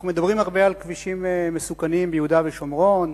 אנחנו מדברים הרבה על כבישים מסוכנים ביהודה ושומרון,